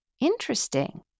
interesting